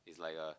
it's like a